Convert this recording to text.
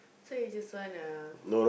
so you just wanna